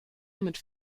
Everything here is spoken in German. mit